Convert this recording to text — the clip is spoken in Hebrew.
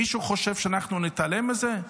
מישהו חושב שאנחנו נתעלם מזה?